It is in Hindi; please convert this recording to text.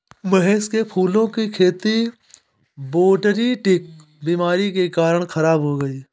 महेश के फूलों की खेती बोटरीटिस बीमारी के कारण खराब हो गई